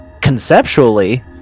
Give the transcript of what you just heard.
conceptually